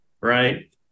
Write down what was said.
right